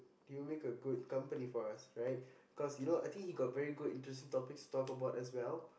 he'll make a good company for us right cause you know I think he got very good interesting topics to talk about as well